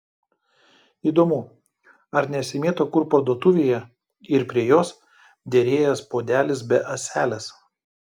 įdomu ar nesimėto kur parduotuvėje ir prie jos derėjęs puodelis be ąselės